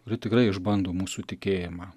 kuri tikrai išbando mūsų tikėjimą